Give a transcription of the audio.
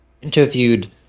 interviewed